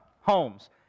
homes